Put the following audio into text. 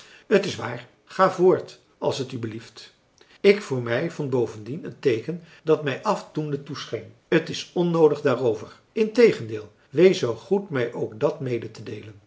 het is waar ga voort als het u belieft ik voor mij vond bovendien een teeken dat mij afdoende toescheen t is onnoodig daarover integendeel wees zoo goed mij ook dat medetedeelen ik